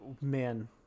Man